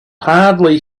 hardly